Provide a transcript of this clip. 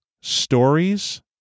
stories